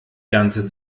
ganze